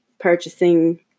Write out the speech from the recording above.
purchasing